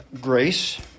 grace